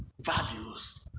values